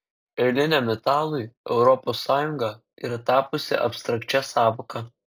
eiliniam italui europos sąjunga yra tapusi abstrakčia sąvoka